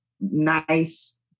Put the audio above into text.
nice